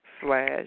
slash